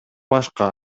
башка